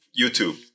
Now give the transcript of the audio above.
youtube